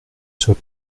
sois